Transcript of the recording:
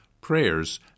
prayers